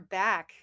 back